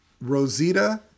Rosita